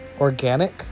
Organic